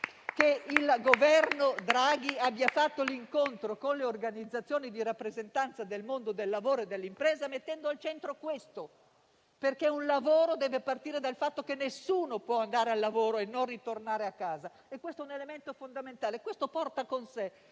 che il Governo Draghi abbia incontrato le organizzazioni di rappresentanza del mondo del lavoro e dell'impresa, mettendo al centro proprio questo tema, perché un lavoro deve partire dal fatto che nessuno può andare a lavoro e non ritornare a casa. Questo è un elemento fondamentale che porta